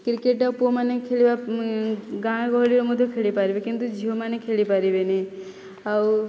cricket ପୁଅମାନେ ଖେଳିବା ଗାଁଗହଳିରେ ମଧ୍ୟ ଖେଳିପାରିବେ କିନ୍ତୁ ଝିଅମାନେ ଖେଳି ପାରିବେନି ଆଉ